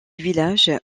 village